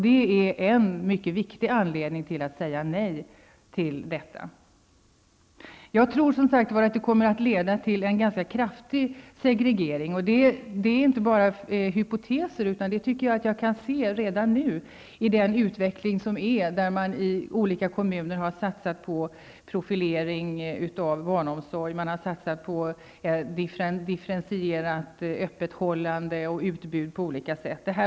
Det är en mycket viktig anledning till att säga nej till detta. Jag tror, som sagt, att det kommer att leda till en ganska kraftig segregering. Det är inte bara hypoteser, utan jag tycker att jag kan se detta redan nu, när man i olika kommuner har satsat på profilering av barnomsorg. Man har satsat på differentierat öppethållande och på olika typer av utbud.